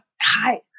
Hi